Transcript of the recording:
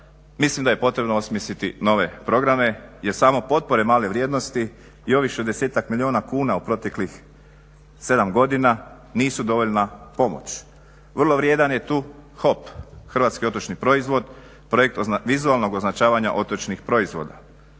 mislim da je potrebno osmisliti nove programe jer same potpore male vrijednosti i ovih 60-ak milijuna kuna u proteklih 7 godina nisu dovoljna pomoć. Vrlo vrijedan je tu HOP Hrvatski otočni proizvod projekt od vizualnog označavanja otočnih proizvoda.